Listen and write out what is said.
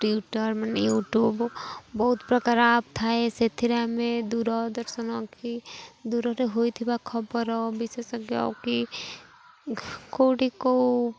Twitter ମାନେ YouTube ବହୁତ ପ୍ରକାର ଆପ୍ ଥାଏ ସେଥିରେ ଆମେ ଦୂରଦର୍ଶନ କି ଦୂରରେ ହୋଇଥିବା ଖବର ବିଶେଷଜ୍ଞ କି କେଉଁଠି କେଉଁ